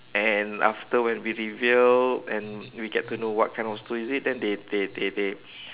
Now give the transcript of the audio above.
and after when we reveal and we get to know what kind of stool is it then they they they they